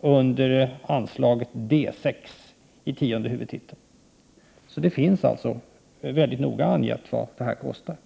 under anslaget D 6 i tionde huvudtiteln. Det finns alltså mycket noga angivet vad det skulle kosta.